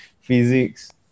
physics